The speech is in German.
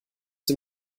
dem